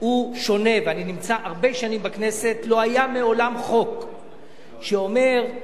לא היה מעולם חוק שאומר שהרישום של הפקידים במשרד הפנים,